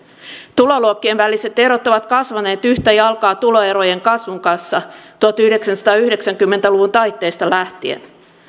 tuloluokkien väliset erot ovat kasvaneet yhtä jalkaa tuloerojen kasvun kanssa tuhatyhdeksänsataayhdeksänkymmentä luvun taitteesta lähtien